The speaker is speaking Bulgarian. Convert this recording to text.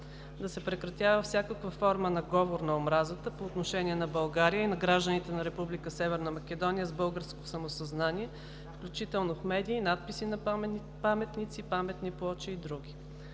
да се прекрати всякаква форма на „говор на омразата“ по отношение на България и на гражданите на Република Северна Македония с българско самосъзнание, включително в медии, надписи на паметници, паметни плочи и други.